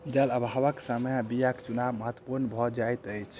जल अभावक समय बीयाक चुनाव महत्पूर्ण भ जाइत अछि